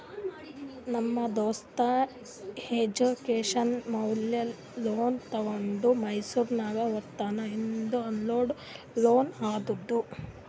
ನಮ್ ದೋಸ್ತ ಎಜುಕೇಷನ್ ಮ್ಯಾಲ ಲೋನ್ ತೊಂಡಿ ಮೈಸೂರ್ನಾಗ್ ಓದ್ಲಾತಾನ್ ಇದು ಅನ್ಸೆಕ್ಯೂರ್ಡ್ ಲೋನ್ ಅದಾ